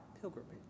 pilgrimage